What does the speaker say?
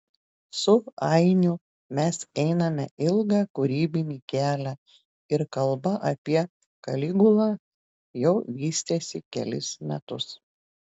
su ainiu mes einame ilgą kūrybinį kelią ir kalba apie kaligulą jau vystėsi kelis metus